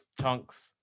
chunks